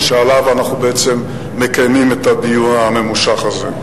ושעליו אנחנו בעצם מקיימים את הדיון הממושך הזה,